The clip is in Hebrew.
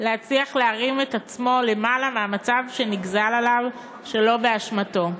ולהצליח להרים את עצמו למעלה מהמצב שנגזר עליו שלא באשמתו.